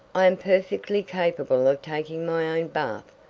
i am perfectly capable of taking my own bath,